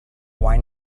why